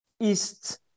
east